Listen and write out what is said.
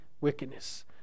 wickedness